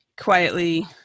quietly